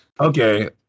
Okay